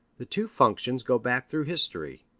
the two functions go back through history,